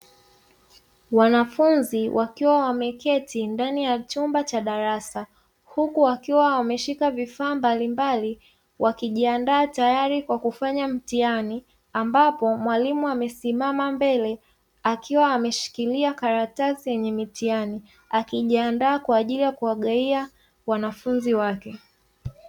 Wanafunzi wakiwa wameketi ndani ya chumba cha darasa, huku wakiwa wameshika vifaa mbalimbali. Wakijiandaa tayari kwa kufanya mitihani, ambapo mwalimu amesimama mbele akiwa ameshikilia karatasi yenye mitihani akijiandaa kuwagawia wanafunzi wake.